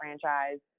franchise